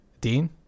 Dean